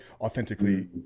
authentically